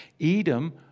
Edom